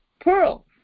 pearl